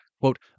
quote